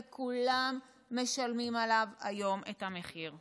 וכולם משלמים עליו היום את המחיר.